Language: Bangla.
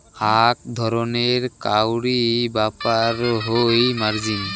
আক ধরণের কাউরী ব্যাপার হই মার্জিন